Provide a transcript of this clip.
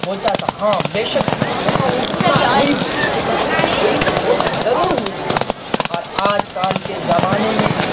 بولتا تھا ہاں بے شک وہاں وہ گھٹنا ہوئی ہوگی ہوئی ہوگی ضرور ہوئی ہوگی اور آج کل کے زمانے میں